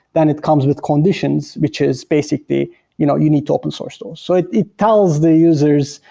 then it comes with conditions, which is basically you know you need to open source those. so it it tells the users,